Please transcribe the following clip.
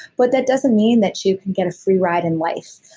but that doesn't mean that you can get a free ride in life.